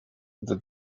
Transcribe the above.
that